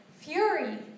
Fury